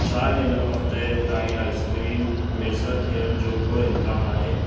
छा हिन हफ़्ते ताईं आइसक्रीम मुयसरु थियणु जो को इन्कामु आहे